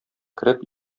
кереп